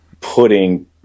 putting